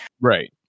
right